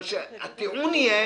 אבל הטיעון יהיה